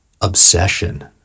obsession